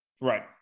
right